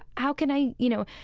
how can i, you know,